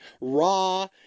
raw